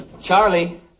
Charlie